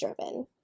driven